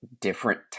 different